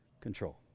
control